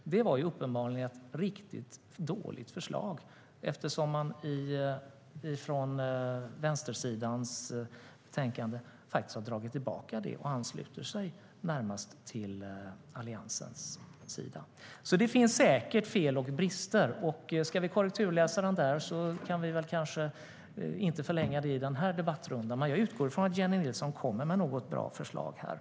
Det var uppenbarligen ett riktigt dåligt förslag eftersom man i betänkandet från vänstersidan har dragit tillbaka det och närmast ansluter sig till Alliansens sida.